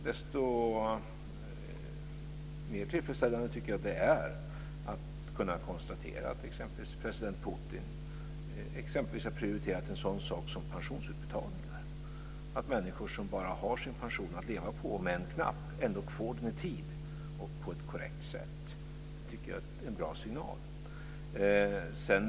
Desto mer tillfredsställande är det att kunna konstatera att president Putin har prioriterat exempelvis en sådan sak som pensionsutbetalningar, att människor som bara har sin pension att leva på, om än knapp, får den i tid och på ett korrekt sätt. Det är en bra signal.